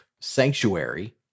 sanctuary